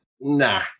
nah